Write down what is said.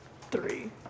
three